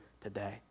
today